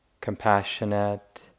compassionate